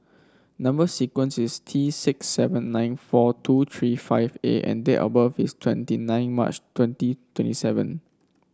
number sequence is T six seven nine four two three five A and date of birth is twenty nine March twenty twenty seven